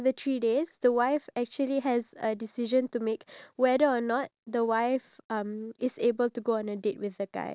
for the wife and then um at the same time I want the husband to really like and the wife